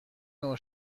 نوع